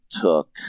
took